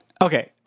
okay